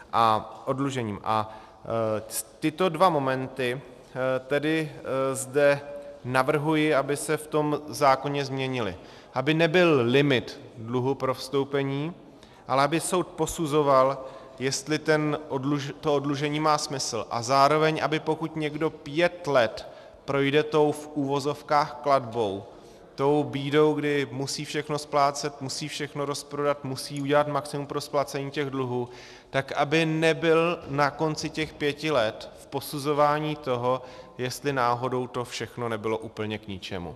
A tyto dva momenty tedy zde navrhuji, aby se v tom zákoně změnily, aby nebyl limit dluhu pro vstoupení, ale aby soud posuzoval, jestli to oddlužení má smysl, a zároveň, aby pokud někdo pět let projde tou v uvozovkách klatbou, tou bídou, kdy musí všechno splácet, musí všechno rozprodat, musí udělat maximum pro splacení těch dluhů, tak aby nebyl na konci těch pěti let v posuzování toho, jestli náhodou to všechno nebylo úplně k ničemu.